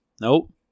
Nope